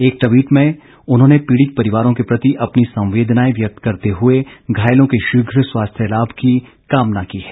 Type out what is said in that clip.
एक ट्वीट में उन्होंने पीड़ित परिवारो के प्रति अपनी संवेदनाएं व्यक्त करते हुए घायलों के शीघ्र स्वास्थ्य लाभ की कामना की है